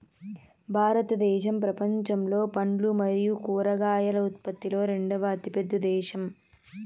భారతదేశం ప్రపంచంలో పండ్లు మరియు కూరగాయల ఉత్పత్తిలో రెండవ అతిపెద్ద దేశం